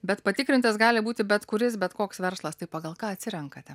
bet patikrintas gali būti bet kuris bet koks verslas tai pagal ką atsirenkate